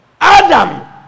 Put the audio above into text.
Adam